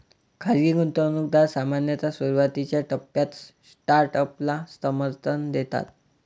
खाजगी गुंतवणूकदार सामान्यतः सुरुवातीच्या टप्प्यात स्टार्टअपला समर्थन देतात